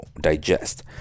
digest